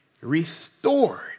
restored